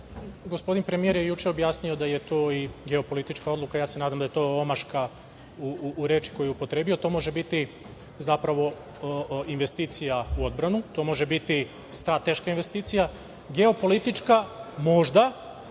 „Rafala“, premijer je juče objasnio da je to i geopolitička odluka, ja se nadam da je to omaška u reči koju je upotrebio. To može biti zapravo investicija u odbranu. To može biti strateška investicija, geopolitička možda,